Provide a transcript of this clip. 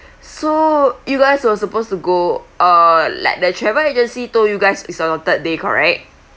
so you guys was supposed to go uh like the travel agency told you guys it's on the third day correct